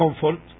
comfort